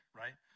right